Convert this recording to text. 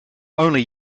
only